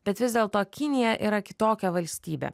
bet vis dėlto kinija yra kitokia valstybė